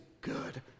good